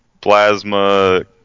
plasma